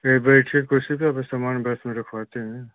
जाइए बैठिए कुर्सी पर अभी सामान बस में रखवाते हैं